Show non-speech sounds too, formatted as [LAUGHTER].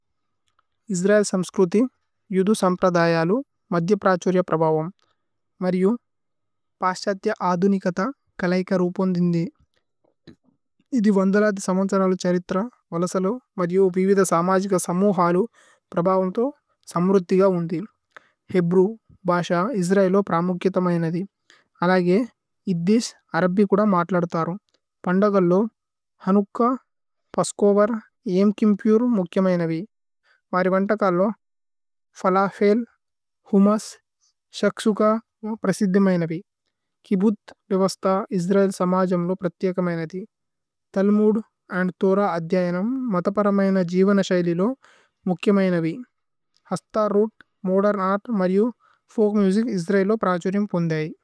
Israeli സമ്സ്ക്രുതി യുധു സമ്പ്രദയലു മധ്യ। പ്രഛുര്യ പ്രഭവമ് മരിയു പാസ്ഛഥ്യ। ആദുനികഥ കലൈക രൂപോന്ധിന്ദി ഇഥി। വന്ദലാദി സമോന്സരലു ഛ്ഹരിത്ര വലസലു। മരിയു വിവേധ സമജിഗ സമ്മുഹലു പ്രഭവമ്തോ। [HESITATION] സമ്രുഥിഗ ഉന്ധി ഹേബ്രേവ് ഭാശ। ഇസ്രഏലോ പ്രമുഗ്കിഥമൈനഥി അലഗേ ഇദ്ദിശ്। അരബ്ബി കുദ മാത്ലദതരു പന്ദഗല്ലോ ഹനുക്ക। പസ്കോവര് ഏമ്കിമ്പുര് മുക്കിഅമൈനവി മരിവന്തകല്ലോ। ഫലഫേല് ഹുമ്മുസ് ശക്സുക പ്രസിദ്ദിമൈനവി കിബുഥ്। രിവസ്ഥ ഇസ്രഏല് സമജമ്ലോ പ്രത്യേകമൈനഥി। തല്മുദ് അന്ദ് തോരഹ് അധ്യയനമ് മതപരമൈന। ജീവനശൈലിലോ മുക്കിഅമൈനവി ഹസ്ത രൂത്। മോദേര്ന് അര്ത് മര്യു ഫോല്ക് മുസിച് ഇസ്രഏലോ പ്രഛുര്യമ് പോന്ദേയൈ